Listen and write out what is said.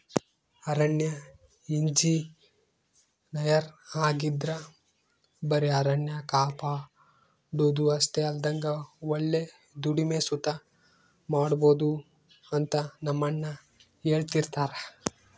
ಅರಣ್ಯ ಇಂಜಿನಯರ್ ಆಗಿದ್ರ ಬರೆ ಅರಣ್ಯ ಕಾಪಾಡೋದು ಅಷ್ಟೆ ಅಲ್ದಂಗ ಒಳ್ಳೆ ದುಡಿಮೆ ಸುತ ಮಾಡ್ಬೋದು ಅಂತ ನಮ್ಮಣ್ಣ ಹೆಳ್ತಿರ್ತರ